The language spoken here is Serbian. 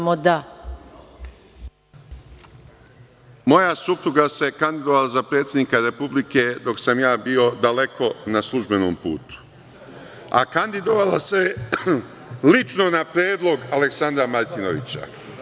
Moja supruga se kandidovala za predsednika Republike dok sam ja bio daleko na službenom putu, a kandidovala se lično na predlog Aleksandra Martinovića.